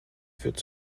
führt